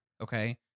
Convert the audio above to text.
Okay